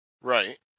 Right